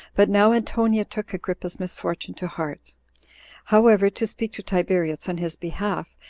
but now antonia took agrippa's misfortune to heart however, to speak to tiberius on his behalf,